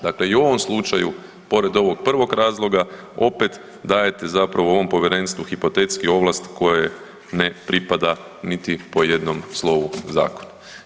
Dakle, i u ovom slučaju pored ovog prvog razloga opet dajete zapravo ovom povjerenstvu hipotetski ovlast koje ne pripada niti po jednom slovu zakona.